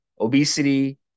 obesity